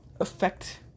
affect